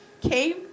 came